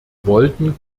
wollten